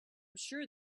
sure